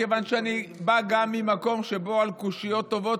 מכיוון שאני בא גם ממקום שבו על קושיות טובות